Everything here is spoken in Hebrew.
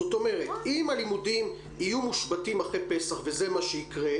זאת אומרת אם הלימודים יהיו מושבתים אחרי פסח וזה מה שיקרה,